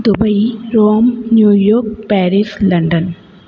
Dubai Rome New York Paris London